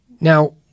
Now